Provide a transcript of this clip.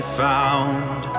found